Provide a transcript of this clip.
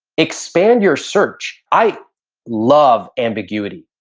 expand your search. i love ambiguity.